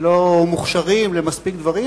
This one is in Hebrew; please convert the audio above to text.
שלא מוכשרים למספיק דברים,